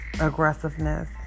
aggressiveness